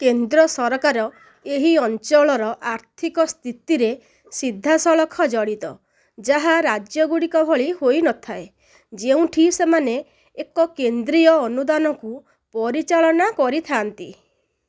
କେନ୍ଦ୍ର ସରକାର ଏହି ଅଞ୍ଚଳର ଆର୍ଥିକ ସ୍ଥିତିରେ ସିଧାସଳଖ ଜଡ଼ିତ ଯାହା ରାଜ୍ୟଗୁଡ଼ିକ ଭଳି ହୋଇନଥାଏ ଯେଉଁଠି ସେମାନେ ଏକ କେନ୍ଦ୍ରୀୟ ଅନୁଦାନକୁ ପରିଚାଳନା କରିଥାନ୍ତି